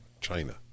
China